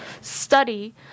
study